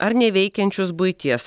ar neveikiančius buities